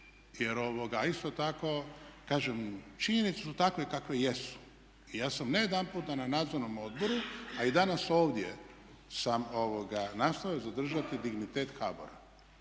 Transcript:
a isto tako kažem činjenicu su takve kakve jesu. I ja sam nejedanputa na nadzornom odboru, a i danas ovdje sam nastojao zadržati dignitet HBOR-a.